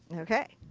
okay.